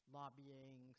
lobbying